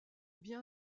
bien